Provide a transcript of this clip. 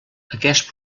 aquest